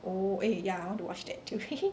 oh eh ya I want to watch that too